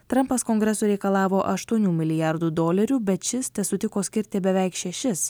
trampas kongreso reikalavo aštuonių milijardų dolerių bet šis tesutiko skirti beveik šešis